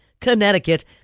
Connecticut